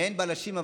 מעין בלשים.